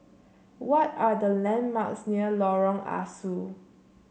what are the landmarks near Lorong Ah Soo